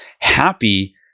happy